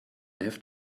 heft